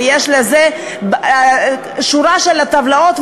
ויש לזה שורת טבלאות,